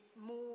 more